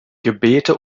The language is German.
gebete